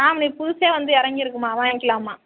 புதுசே வந்து இறங்கிருக்கும்மா வாங்கிக்கலாம்மா